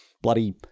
bloody